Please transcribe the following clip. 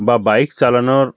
বা বাইক চালানোর